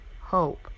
hope